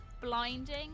blinding